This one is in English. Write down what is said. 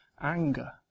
anger